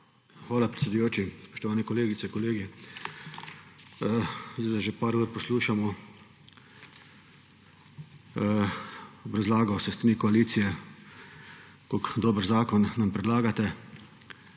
Hvala, predsedujoči. Spoštovane kolegice, kolegi! Že nekaj ur poslušamo razlago s strani koalicije, kako dober zakon nam predlagate.